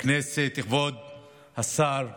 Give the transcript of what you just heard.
הכנסת, כבוד השר,